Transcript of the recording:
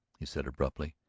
he said abruptly.